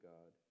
God